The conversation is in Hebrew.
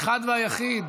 חבר הכנסת יאיר לפיד,